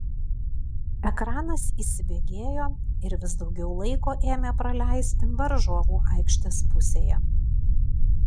ekranas įsibėgėjo ir vis daugiau laiko ėmė praleisti varžovų aikštės pusėje